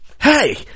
Hey